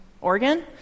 Oregon